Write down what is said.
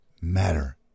matter